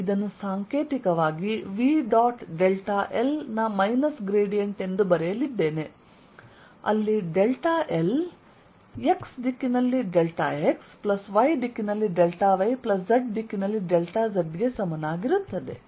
ನಾನು ಇದನ್ನು ಸಾಂಕೇತಿಕವಾಗಿ V ಡಾಟ್ ಡೆಲ್ಟಾ ಎಲ್ ನ ಮೈನಸ್ ಗ್ರೇಡಿಯಂಟ್ ಎಂದು ಬರೆಯಲಿದ್ದೇನೆ ಅಲ್ಲಿ ಡೆಲ್ಟಾ ಎಲ್ x ದಿಕ್ಕಿನಲ್ಲಿ x y ದಿಕ್ಕಿನಲ್ಲಿ Δyz ದಿಕ್ಕಿನಲ್ಲಿ z ಗೆ ಸಮನಾಗಿರುತ್ತದೆ